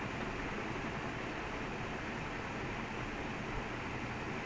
and is around the same side like it makes no sense